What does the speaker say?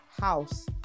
House